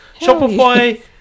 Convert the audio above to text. Shopify